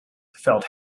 felt